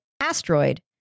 asteroid